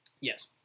Yes